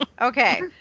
Okay